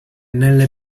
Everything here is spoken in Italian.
nelle